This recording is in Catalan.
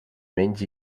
menys